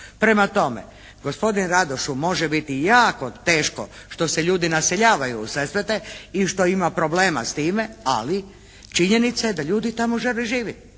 Prema tome, gospodinu Radošu može biti jako teško što se ljudi naseljavaju u Sesvete i što ima problema s time ali činjenica je da ljudi tamo žele živjeti.